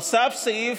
נוסף סעיף